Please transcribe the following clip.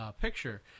picture